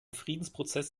friedensprozess